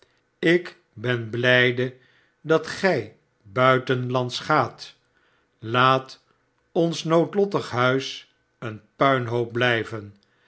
ik ben blijde dat gij buitenslands gaat laat ons noodiottig huis een puinhoop blijven